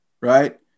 right